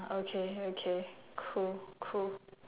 okay okay cool cool